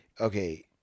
okay